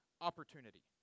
opportunity